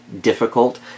difficult